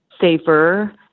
safer